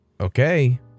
Okay